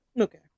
okay